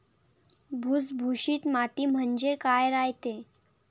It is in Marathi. भुसभुशीत माती म्हणजे काय रायते?